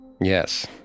Yes